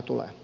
kiitos